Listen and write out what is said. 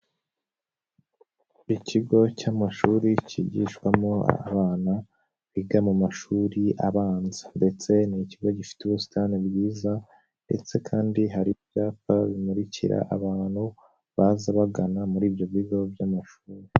Ikigo cy'amashuri kigishwamo abana biga mu mashuri abanza ndetse ni ikigo gifite ubusitani bwiza ndetse kandi hari ibyapa bimurikira abantu baza bagana muri ibyo bigo by'amashuri.